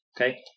Okay